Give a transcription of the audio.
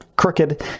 Crooked